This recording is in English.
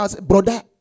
brother